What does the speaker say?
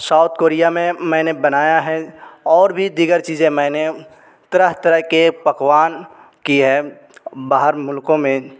south Korea میں میں نے بنایا ہے اور بھی دیگر چیزیں میں نے طرح طرح کے پکوان کی ہے باہر ملکوں میں